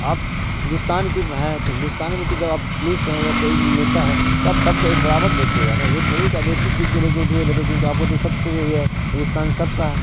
آپ ہندوستان کی ہیں تو ہندوستان میں تو جب آپ پولیس ہیں یا کوئی بھی نیتا ہے تو آب سب کو ایک برابر دیکھیے گا نا یہ تھوڑی کہ اب ایک ہی چیز کو لے کے اٹھیے بیٹھیے کیونکہ آپ کو تو سب سے یہ ہے ہندوستان سب کا ہے